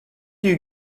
you